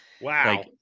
wow